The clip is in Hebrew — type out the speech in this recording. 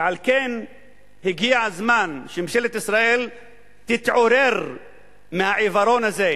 ועל כן הגיע הזמן שממשלת ישראל תתעורר מהעיוורון הזה,